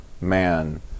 man